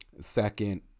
Second